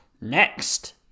Next